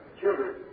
children